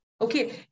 Okay